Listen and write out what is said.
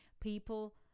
people